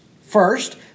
First